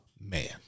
man